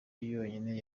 yonyine